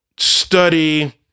study